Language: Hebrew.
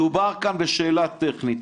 מדובר כאן בשאלה טכנית.